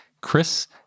Chris